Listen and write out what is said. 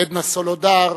עדנה סולודר,